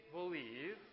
believe